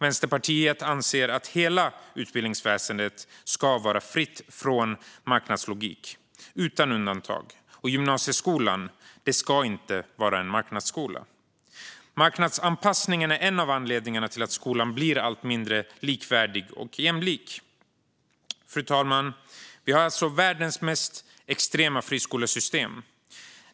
Vänsterpartiet anser att hela utbildningsväsendet ska vara fritt från marknadslogik, utan undantag, och att gymnasieskolan inte ska vara en marknadsskola. Marknadsanpassningen är en av anledningarna till att skolan blir allt mindre likvärdig och jämlik. Fru talman! Vi har alltså världens mest extrema friskolesystem.